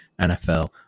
NFL